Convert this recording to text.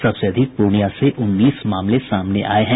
सबसे अधिक पूर्णियां से उन्नीस मामले सामने आये हैं